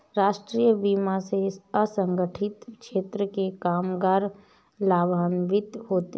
राष्ट्रीय बीमा से असंगठित क्षेत्र के कामगार लाभान्वित होंगे